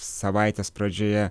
savaitės pradžioje